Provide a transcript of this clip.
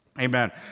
Amen